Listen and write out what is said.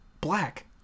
black